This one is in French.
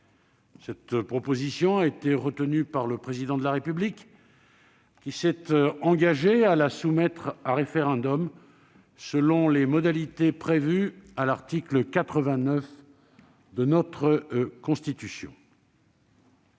Cette proposition a été retenue par le Président de la République, qui s'est engagé à la soumettre à référendum selon les modalités prévues à l'article 89 de notre Constitution.